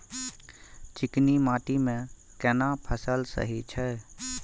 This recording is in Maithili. चिकनी माटी मे केना फसल सही छै?